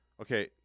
okay